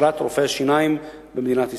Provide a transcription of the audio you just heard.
רופאי השיניים במדינת ישראל.